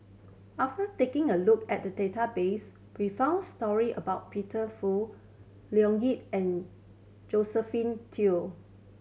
after taking a look at database we found story about Peter Fu Leo Yip and Josephine Teo